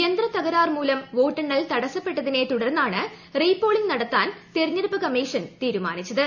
യന്ത്ര തകരാർ മൂലം വോട്ടെണ്ണൽ തടസപ്പെട്ടതിനെ തുടർന്നാണ് റീപോളിങ് നടത്താൻ തിരഞ്ഞെടുപ്പ് കമ്മിഷൻ് തിരുമാനിച്ചത്